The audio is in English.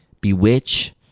bewitch